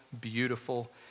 beautiful